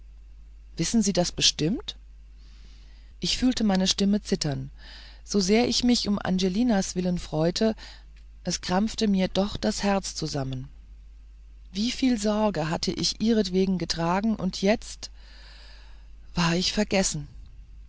wissen sie das bestimmt ich fühlte meine stimme zittern so sehr ich mich um angelinas willen freute es krampfte mir doch das herz zusammen wieviel sorge hatte ich ihretwegen getragen und jetzt war ich vergessen